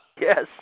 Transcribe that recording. Yes